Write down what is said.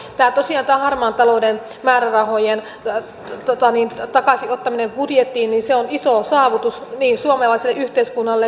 tosiaan tämä harmaan talouden määrärahojen takaisin ottaminen budjettiin on iso saavutus niin suomalaiselle yhteiskunnalle kuin taloudellekin